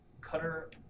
Cutter